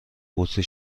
بطری